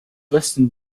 western